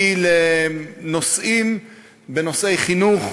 היא בנושאי חינוך,